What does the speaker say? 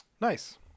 nice